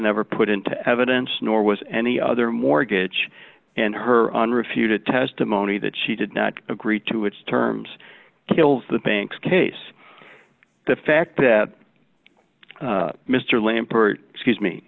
never put into evidence nor was any other mortgage and her unrefuted testimony that she did not agree to its terms kills the bank's case the fact that mr lampert excuse me